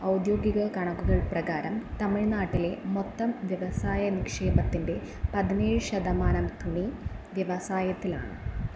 ഔദ്യോഗിക കണക്കുകൾ പ്രകാരം തമിഴ്നാട്ടിലെ മൊത്തം വ്യവസായ നിക്ഷേപത്തിൻ്റെ പതിനേഴ് ശതമാനം തുണി വ്യവസായത്തിലാണ്